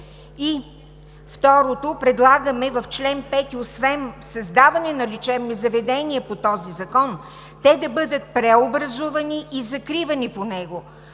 И второ, предлагаме в чл. 5, освен създаване на лечебни заведения по този закон, те да бъдат преобразувани и закривани по него,